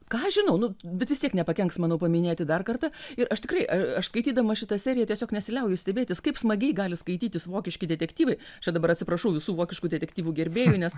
ką aš žinau nu bet vis tiek nepakenks manau paminėti dar kartą ir aš tikrai a aš skaitydama šitą seriją tiesiog nesiliauju stebėtis kaip smagiai gali skaitytis vokiški detektyvai čia dabar atsiprašau visų vokiškų detektyvų gerbėjų nes